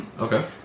okay